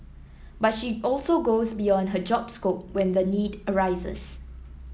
but she also goes beyond her job scope when the need arises